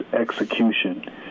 execution